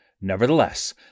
nevertheless